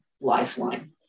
lifeline